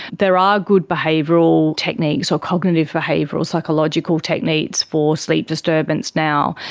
there are good behavioural techniques or cognitive behavioural psychological techniques for sleep disturbance now.